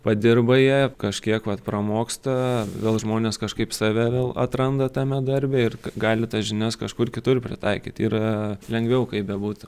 padirba jie kažkiek vat pramoksta gal žmonės kažkaip save vėl atranda tame darbe ir gali tas žinias kažkur kitur pritaikyti yra lengviau kaip bebūtų